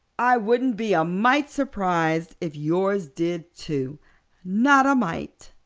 i wouldn't be a mite surprised if yours did, too not a mite.